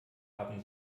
haben